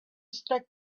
stuck